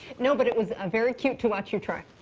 no, but it was um very cute to watch you try.